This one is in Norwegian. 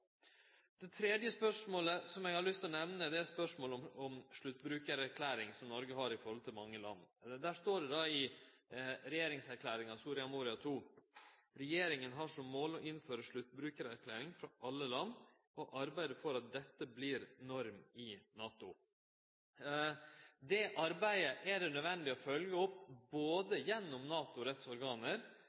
Det tredje spørsmålet eg har lyst til å nemne, er spørsmålet om sluttbrukarerklæring, som Noreg har i forhold til mange land. Der står det då i regjeringserklæringa, Soria Moria II: «Regjeringen har som mål å innføre sluttbrukererklæring fra alle land, og arbeide for at dette blir norm i NATO.» Det arbeidet er det nødvendig å følgje opp både gjennom